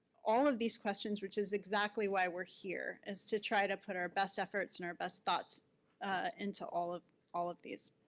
all of these questions, which is exactly why we're here, is to try to put our best efforts and our best thoughts into all of all of these.